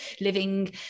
living